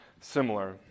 similar